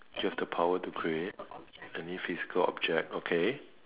you have the power to create any physical object okay